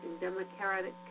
Democratic